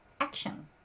action